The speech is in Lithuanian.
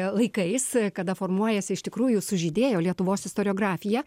laikais kada formuojasi iš tikrųjų sužydėjo lietuvos istoriografija